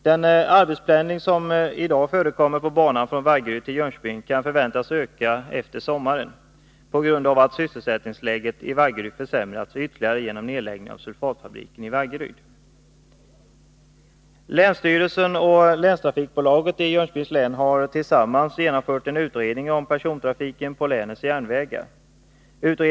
Den arbetspendling som i dag förekommer på banan från Vaggeryd till Jönköping kan förväntas öka efter sommaren på grund av att sysselsättningsläget i Vaggeryd försämras ytterligare genom nedläggningen av sulfatfabriken. Länsstyrelsen och länstrafikbolaget i Jönköpings län har tillsammans genomfört en utredning om persontrafiken på länets järnvägar.